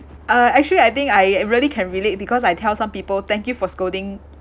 uh actually I think I I really can relate because I tell some people thank you for scolding